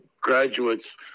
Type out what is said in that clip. graduates